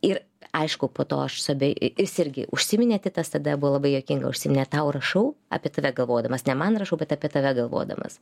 ir aišku po to aš suabei į isirgi užsiminė titas tada buvo labai juokinga užsiminė tau rašau apie tave galvodamas ne man rašau bet apie tave galvodamas